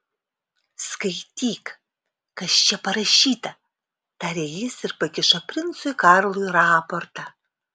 skaityk kas čia parašyta tarė jis ir pakišo princui karlui raportą